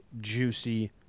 juicy